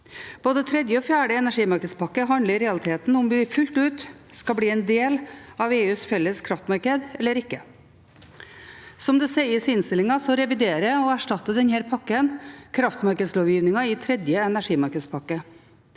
Både tredje og fjerde energimarkedspakke handler i realiteten om hvorvidt vi fullt ut skal bli en del av EUs felles kraftmarked – eller ikke. Som det sies i innstillingen, reviderer og erstatter denne pakken kraftmarkedslovgivningen i tredje energimarkedspakke.